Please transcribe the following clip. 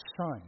son